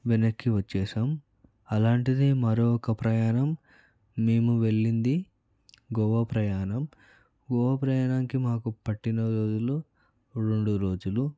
వెనక్కి వచ్చేసాం అలాంటిదే మరొక ప్రయాణం మేము వెళ్ళింది గోవా ప్రయాణం గోవా ప్రయాణానికి మాకు పట్టినరోజులు రెండు రోజులు